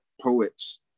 poets